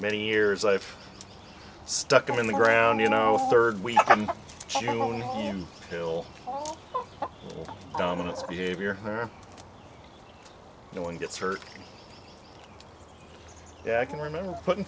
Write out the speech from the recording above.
many years i've stuck them in the ground you know third week i'm chewing on him till dominance behavior no one gets hurt yeah i can remember putting